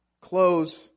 close